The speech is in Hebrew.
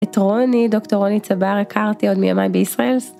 את רוני דוקטור רוני צבר הכרתי עוד מימי בישראל.